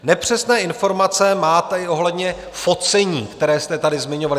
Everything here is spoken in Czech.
Nepřesné informace máte i ohledně focení, které jste tady zmiňovali.